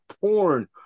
porn